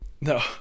No